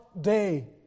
day